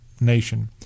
nation